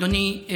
אדוני,